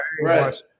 right